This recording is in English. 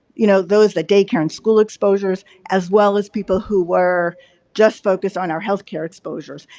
you know, those the daycare and school exposures, as well as people who were just focused on our healthcare exposures.